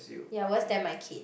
you are worse than my kid